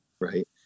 right